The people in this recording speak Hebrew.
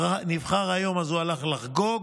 שנבחר היום אז הוא הלך לחגוג,